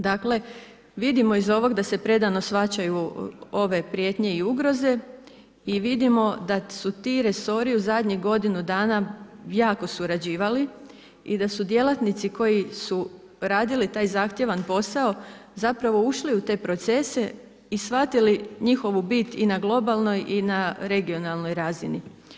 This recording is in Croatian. Dakle vidimo iz ovog da se predano shvaćaju ove prijetnje i ugroze i vidimo da su ti resori u zadnjih godinu dana jako surađivali i da su djelatnici koji su radili taj zahtjevan posao zapravo ušli u te procese i shvatili njihovu bit i na globalnoj i na regionalnoj razini.